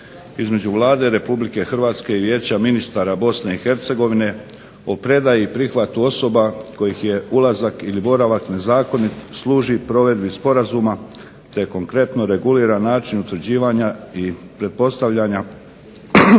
između Vlade Republike Hrvatske i Vijeća ministara Bosne i Hercegovine o predaji i prihvatu osoba kojih je ulazak ili boravak nezakonit služi provedbi sporazuma te konkretno regulira način utvrđivanja i pretpostavljanja